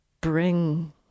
bring